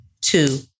Two